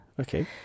Okay